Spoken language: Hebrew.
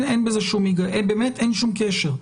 באמת אין שום קשר.